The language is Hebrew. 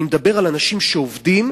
אני מדבר על אנשים שעובדים,